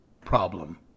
problem